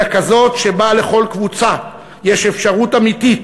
אלא כזאת שבה לכל קבוצה יש אפשרות אמיתית